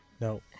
No